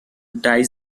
die